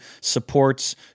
supports